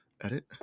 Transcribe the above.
Edit